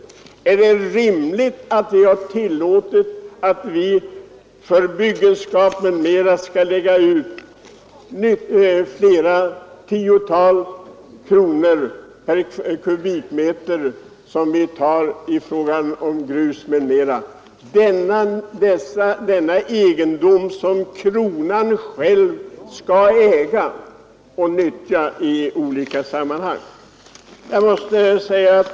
Är det rimligt att vi tillåtit att man för byggenskap måste betala flera tiotal kronor per kubikmeter för inköp av grus, m.m., denna egendom som kronan själv skall äga och nyttja i olika sammanhang.